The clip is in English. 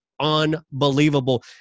unbelievable